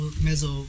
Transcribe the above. mezzo